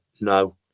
no